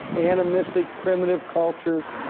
animistic primitive cultures,